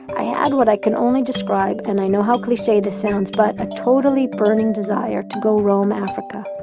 i and what i can only describe and i know how cliche this sounds but, a totally burning desire to go roam africa,